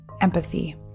Empathy